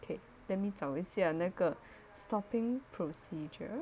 K let me 找一下那个 stopping procedure